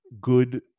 good